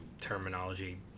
terminology